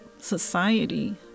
society